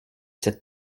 cette